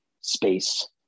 space